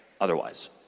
otherwise